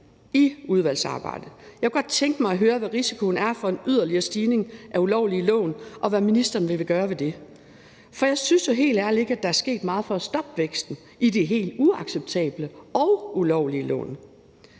i udvalgsarbejdet. Jeg kunne godt tænke mig at høre, hvad risikoen er for en yderligere stigning i ulovlige lån, og hvad ministeren vil gøre ved det. For jeg synes jo helt ærlig ikke, at der er sket meget, når det handler om at stoppe væksten i de helt uacceptable og ulovlige lån.